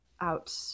out